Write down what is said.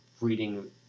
reading